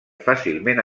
fàcilment